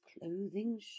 clothing